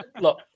Look